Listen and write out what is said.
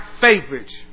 favorites